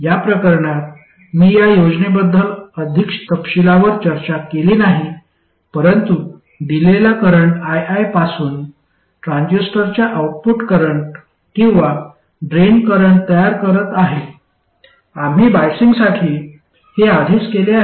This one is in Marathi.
या प्रकरणात मी या योजनेबद्दल अधिक तपशीलवार चर्चा केली नाही परंतु दिलेला करंट ii पासून ट्रांझिस्टरचा आउटपुट करंट किंवा ड्रेन करंट तयार करत आहे आम्ही बायसिंगसाठी हे आधीच केले आहे